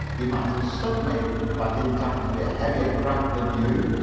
you might have sunk me if i didn't happen to be a heavier craft than you.